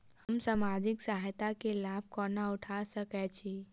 हम सामाजिक सहायता केँ लाभ कोना उठा सकै छी?